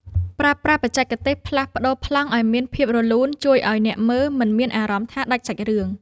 ប្រើប្រាស់បច្ចេកទេសផ្លាស់ប្តូរប្លង់ឱ្យមានភាពរលូនជួយឱ្យអ្នកមើលមិនមានអារម្មណ៍ថាដាច់សាច់រឿង។